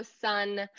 sun